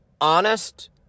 honest